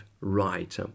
right